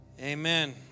Amen